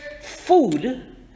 food